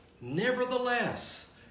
Nevertheless